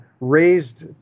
raised